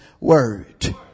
word